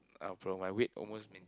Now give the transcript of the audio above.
um from my weak almost main